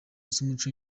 z’umuco